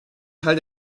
teil